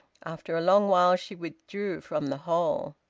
after a long while she withdrew from the hole.